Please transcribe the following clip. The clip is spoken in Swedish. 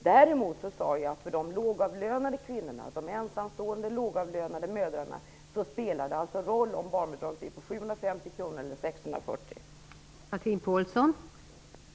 Däremot sade jag att för de lågavlönade kvinnorna, de ensamstående lågavlönade mödrarna, spelar det roll om barnbidraget är på 750 kr eller på 640 kr.